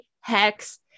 hex